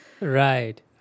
Right